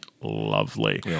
lovely